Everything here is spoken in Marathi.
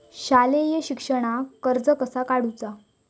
शालेय शिक्षणाक कर्ज कसा काढूचा?